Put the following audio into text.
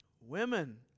Women